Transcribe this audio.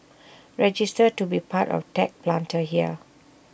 register to be part of tech Planter here